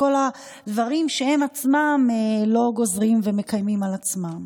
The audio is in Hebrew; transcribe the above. כל הדברים שהם עצמם לא גוזרים ומקיימים על עצמם.